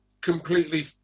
completely